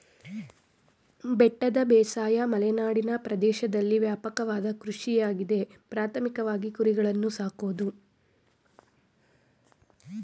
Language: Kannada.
ಬೆಟ್ಟದ ಬೇಸಾಯ ಮಲೆನಾಡಿನ ಪ್ರದೇಶ್ದಲ್ಲಿ ವ್ಯಾಪಕವಾದ ಕೃಷಿಯಾಗಿದೆ ಪ್ರಾಥಮಿಕವಾಗಿ ಕುರಿಗಳನ್ನು ಸಾಕೋದು